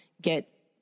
get